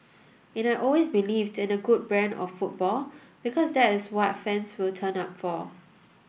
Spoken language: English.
and I always believed in a good brand of football because that is what fans will turn up for